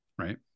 Right